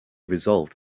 resolved